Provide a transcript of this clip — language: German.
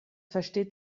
versteht